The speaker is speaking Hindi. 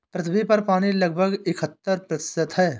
पृथ्वी पर पानी लगभग इकहत्तर प्रतिशत है